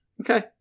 Okay